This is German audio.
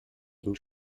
ihnen